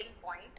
point